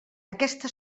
aquesta